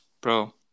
Bro